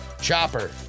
Chopper